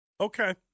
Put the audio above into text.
Okay